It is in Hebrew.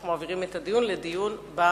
אנחנו מעבירים את הנושא לדיון במליאה.